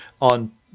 on